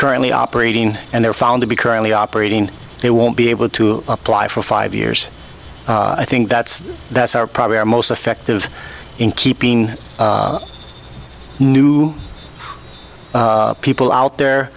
currently operating and they're found to be currently operating they won't be able to apply for five years i think that's that's are probably are most effective in keeping new people out there